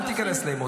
אל תיכנס לעימות.